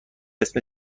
اسم